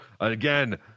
again